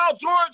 George